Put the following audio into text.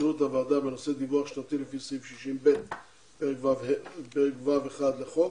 למזכירות הוועדה בנושא דיווח שנתי לפי סעיף 60/ב פ"ו 1 לחוק